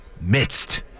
midst